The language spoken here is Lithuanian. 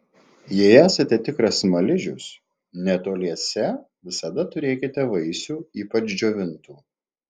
jei esate tikras smaližius netoliese visada turėkite vaisių ypač džiovintų